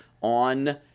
on